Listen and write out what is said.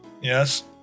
Yes